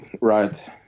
Right